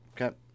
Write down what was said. Okay